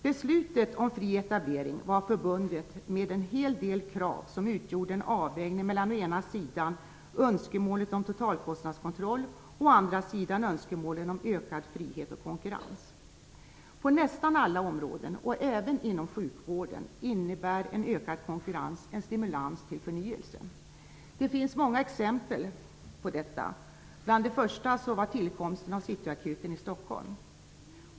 Beslutet om fri etablering var förbundet med en hel del krav som utgjorde en avvägning mellan å ena sidan önskemålen om totalkostnadskontroll och å andra sidan önskemålen om ökad frihet och konkurrens. På nästan alla områden, och även inom sjukvården, innebär en ökad konkurrens en stimulans till förnyelse. Detta finns det många exempel på. Bland de första exemplen var tillkomsten av City-Akuten i Stockholm.